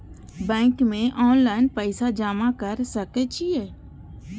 Bank में online पैसा जमा कर सके छीये?